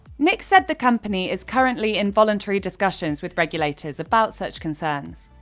nick said the company is currently in voluntary discussions with regulators about such concerns.